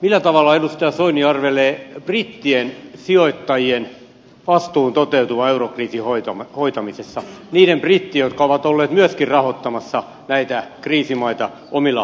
millä tavalla edustaja soini arvelee brittien sijoittajien vastuun toteutuvan eurokriisin hoitamisessa niiden brittien jotka ovat olleet myöskin rahoittamassa näitä kriisimaita omilla päätöksillään